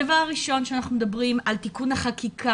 הדבר הראשון שאנחנו מדברים עליו הוא תיקון חקיקה